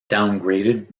downgraded